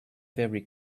very